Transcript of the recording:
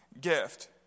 gift